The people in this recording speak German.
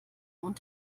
und